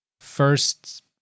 first